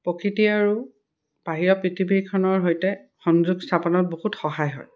প্ৰকৃতি আৰু বাহিৰা পৃথিৱীখনৰ সৈতে সংযোগ স্থাপনত বহুত সহায় হয়